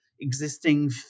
existing